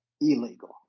illegal